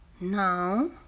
Now